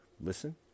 listen